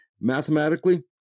Mathematically